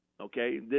Okay